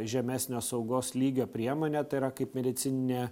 žemesnio saugos lygio priemonė tai yra kaip medicininė